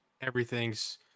everything's